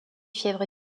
fièvre